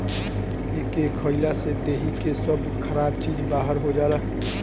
एके खइला से देहि के सब खराब चीज बहार हो जाला